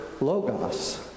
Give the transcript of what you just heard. logos